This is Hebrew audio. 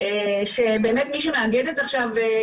שבאמת מי שמאגד עכשיו,